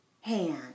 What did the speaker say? hand